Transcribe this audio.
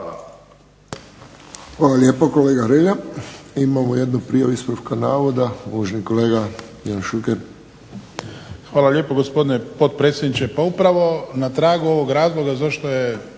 Hvala lijepo kolega Hrelja. Imamo jednu prijavu ispravka navoda, uvaženi kolega Ivan Šuker. **Šuker, Ivan (HDZ)** Hvala lijepo gospodine potpredsjedniče. Pa upravo na tragu ovog razloga zašto je